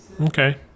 Okay